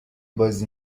بازی